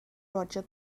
roger